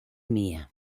mía